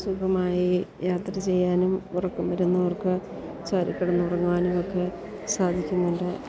സുഖമായി യാത്ര ചെയ്യാനും ഉറക്കം വരുന്നവർക്ക് ചാരിക്കിടന്നു ഉറങ്ങാനുമൊക്കെ സാധിക്കുന്നുണ്ട്